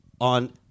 on